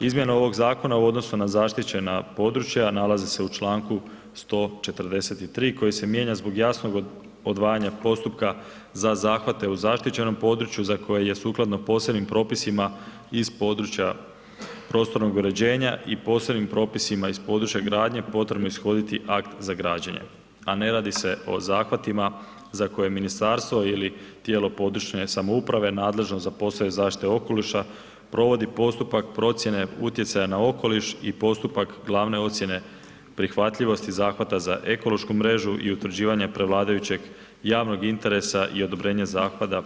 Izmjena ovog zakona u odnosu na zaštićena područja nalazi se u Članku 143. koji se mijenja zbog jasnog odvajanja postupka za zahvate u zaštićenom području za koje je sukladno posebnim propisima iz područja prostornog uređenja i posebnim propisima iz područja gradnje potrebno ishoditi akt za građenje, a ne radi se o zahvatima za koje ministarstvo ili tijelo područne samouprave nadležno za poslove zaštite okoliša provodi postupak procjene utjecaja na okoliš i postupak glavne ocjene prihvatljivosti zahvata za ekološku mrežu i utvrđivanje prevladajućeg javnog interesa i odobrenje zahvata